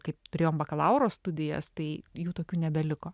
kaip turėjome bakalauro studijas tai jų tokių nebeliko